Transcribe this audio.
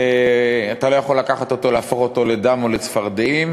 אתה לא יכול לקחת אותו ולהפוך אותו לדם או לצפרדעים,